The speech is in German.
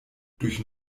durch